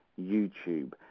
YouTube